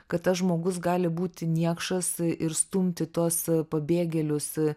kad tas žmogus gali būti niekšas ir stumti tuos pabėgėlius